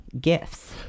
gifts